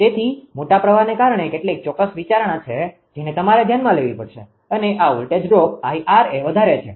તેથી મોટા પ્રવાહને કારણે કેટલીક ચોક્કસ વિચારણા છે જેને તમારે ધ્યાનમાં લેવી પડશે અને આ વોલ્ટેજ ડ્રોપ Ir એ વધારે છે